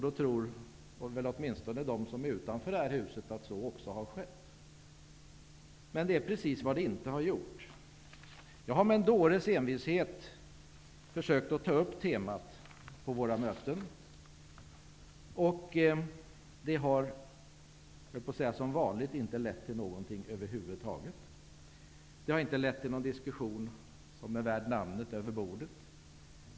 Då tror åtminstone de som är utanför det här huset att så också har skett. Men det är precis vad det inte har gjort. Jag har med en dåres envishet försökt att ta upp temat på våra möten. Det har, jag höll på att säga som vanligt, inte lett till någonting över huvud taget. Det har inte lett till någon diskussion över bordet som är värd namnet.